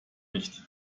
nicht